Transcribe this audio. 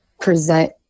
present